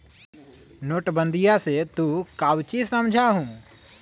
नोटबंदीया से तू काउची समझा हुँ?